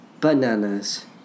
Bananas